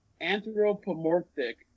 Anthropomorphic